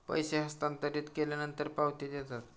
पैसे हस्तांतरित केल्यानंतर पावती देतात